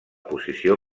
posició